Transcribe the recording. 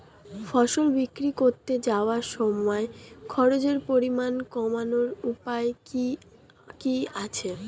ফসল বিক্রি করতে যাওয়ার সময় খরচের পরিমাণ কমানোর উপায় কি কি আছে?